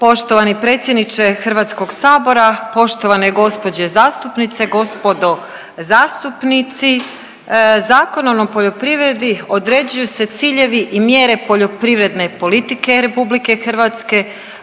Poštovani predsjedniče Hrvatskog sabora, poštovane gospođe zastupnice, gospodo zastupnici, Zakonom o poljoprivredi određuju se ciljevi i mjere poljoprivredne politike RH, pravila